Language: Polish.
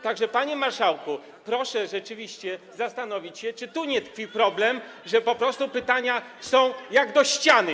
Tak że panie marszałku, proszę rzeczywiście zastanowić się, czy tu nie tkwi problem, że pytania zadawane są jak do ściany.